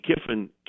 Kiffin